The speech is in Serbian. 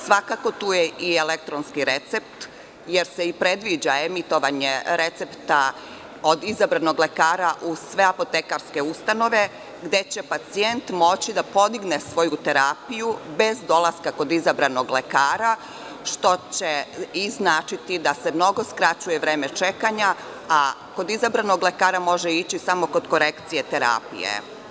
Svakako, tu je i elektronski recept, jer se i predviđa emitovanje recepta od izabranog lekara u sve apotekarske ustanove gde će pacijent moći da podigne svoju terapiju bez dolaska kod izabranog lekara, što će i značiti da se mnogo skraćuje vreme čekanja, a kod izabranog lekara može ići samo za korekciju terapije.